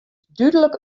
dúdlik